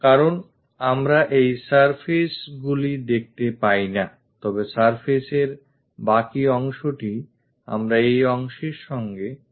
কারণ আমরা এই surfaceগুলি দেখতে পাই না তবে surface এর বাকি অংশটি আমরা এই অংশের সঙ্গে এই purpleটিতে দেখতে পাই